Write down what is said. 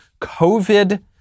COVID